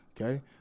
okay